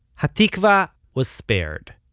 hatikvah was spared.